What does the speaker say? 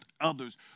others